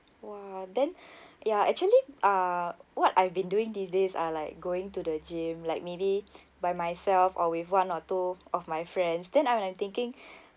!wah! then ya actually uh what I've been doing these days are like going to the gym like maybe by myself or with one or two of my friends then I'm like thinking